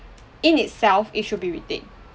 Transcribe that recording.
in itself it should be retained